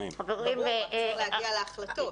ברור, אבל צריך להגיע להחלטות.